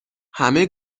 همه